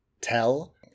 tell